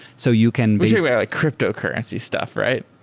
so you can be wait, like cryptocurrency stuff, right?